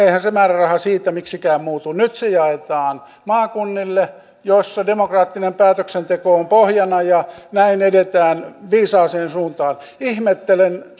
eihän se määräraha siitä miksikään muutu nyt se jaetaan maakunnille joissa demokraattinen päätöksenteko on pohjana ja näin edetään viisaaseen suuntaan ihmettelen